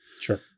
Sure